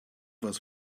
was